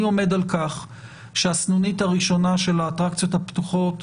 עומד על כך שהסנונית הראשונה של האטרקציות הפתוחות